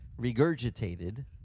regurgitated